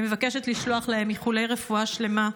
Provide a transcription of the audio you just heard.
אני מבקשת לשלוח להם איחולי רפואה שלמה.